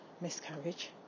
miscarriage